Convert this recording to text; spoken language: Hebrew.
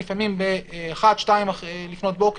סוגיה אחרת בהקשר הזה לעתים הפרטים שהעובד מוסר אינם נכונים.